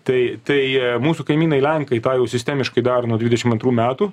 tai tai mūsų kaimynai lenkai tą jau sistemiškai daro nuo dvidešimt antrų metų